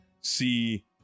see